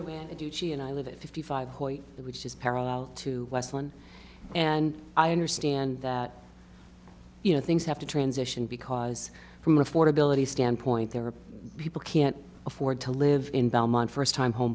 madame and i live in fifty five which is parallel to last one and i understand that you know things have to transition because from affordability standpoint there are people can't afford to live in belmont first time home